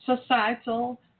societal